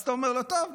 אז אתה אומר לו: טוב,